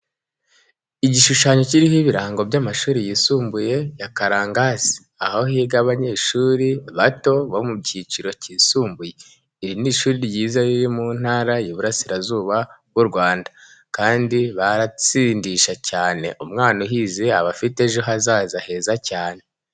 Igishushanyo kiriho ibirango by'amashuri yisumbuye ya Karangazi, aho higa abanyeshuri bato bo mu cyiciro cyisumbuye. Iri ni ishuri ryiza riri mu Ntara y'Ibirasirazuba bw'u Rwanda, kandi baratsindisha cyane umwana uhize aba afite ejo hazaza heza cyane.